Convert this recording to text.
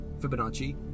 Fibonacci